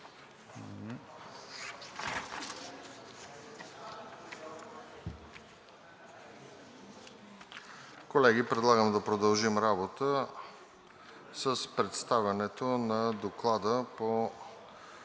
Колеги, предлагам да продължим работа с представянето на Доклада по